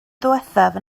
ddiwethaf